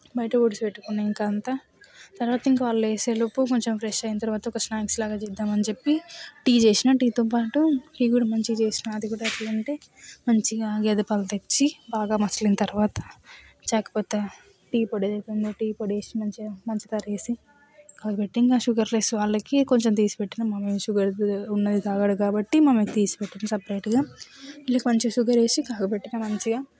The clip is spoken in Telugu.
బయట ఊడ్చి పెట్టుకున్న ఇంకా అంతా తర్వాత ఇంకా వాళ్ళు లేచేలోపు మంచిగా బ్రష్ అయిన తర్వాత స్నాక్స్లాగా చేద్దాం అని చెప్పి టీ చేసిన టీతో పాటు టీ కూడా మంచిగా చేసిన అది కూడా ఎట్లా అంటే మంచిగా గేదె పాలు తెచ్చి బాగా మసిలిన తర్వాత ఛాయ్ పత్తా టీ పొడి అయిపోయింది టీ పొడి వేసి మంచిగా పంచదార వేసి కాగబెట్టి ఇంకా షుగర్లెస్ వాళ్ళకి కొంచెం తీసిపెట్టిన మామయ్య షుగర్ ఉన్నది తాగడు కాబట్టి తీసి పెట్టిన సపరేట్గా మళ్ళీ కొంచెం షుగర్ వేసి కాగబెట్టిన మంచిగా